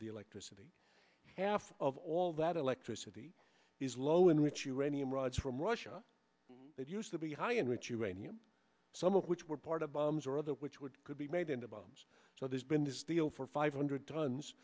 the electricity half of all that electricity is low enriched uranium rods from russia that used to be highly enriched uranium some of which were part of bombs or other which would could be made into bombs so there's been this deal for five hundred tons